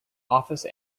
office